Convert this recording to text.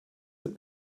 had